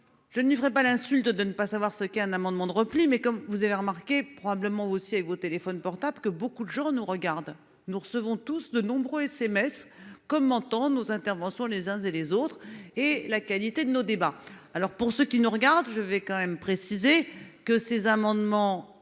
Je ne lui ferai pas l'insulte de ne pas savoir ce qu'un amendement de repli mais comme vous avez remarqué probablement aussi vos téléphones portables que beaucoup de gens nous regardent, nous recevons tous de nombreux SMS commentant nos interventions les uns et les autres et la qualité de nos débats. Alors pour ceux qui nous regardent, je vais quand même préciser que ces amendements